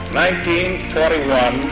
1941